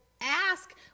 ask